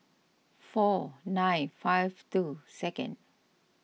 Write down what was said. four nine five two second